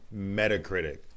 Metacritic